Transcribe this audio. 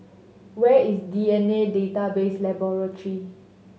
where is D N A Database Laboratory